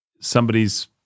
somebody's